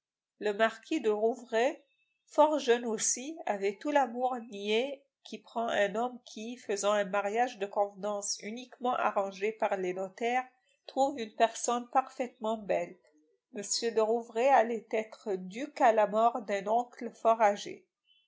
le marquis de rouvray fort jeune aussi avait tout l'amour niais qui prend un homme qui faisant un mariage de convenance uniquement arrangé par les notaires trouve une personne parfaitement belle m de rouvray allait être duc à la mort d'un oncle